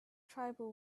tribal